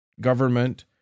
government